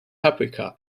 paprika